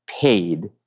paid